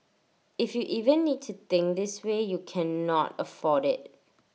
if you even need to think this way you cannot afford IT